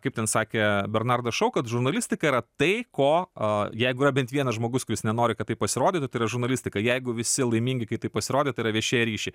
kaip ten sakė bernardas šou kad žurnalistika yra tai ko jeigu yra bent vienas žmogus kuris nenori kad tai pasirodytų tai yra žurnalistika jeigu visi laimingi kai tai pasirodė tai yra viešieji ryšiai